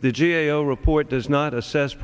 the g a o report does not assess